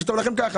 וכשטוב לכם כך.